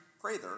Prather